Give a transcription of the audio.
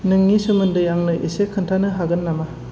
नोंनि सोमोन्दै आंनो एसे खोन्थानो हागोन नामा